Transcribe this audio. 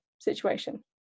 situation